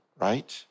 Right